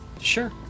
sure